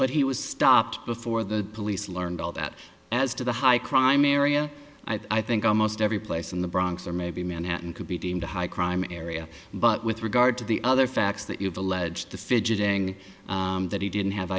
but he was stopped before the police learned all that as to the high crime area i think almost every place in the bronx or maybe manhattan could be deemed a high crime area but with regard to the other facts that you've alleged to fidgeting that he didn't have